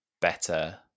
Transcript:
better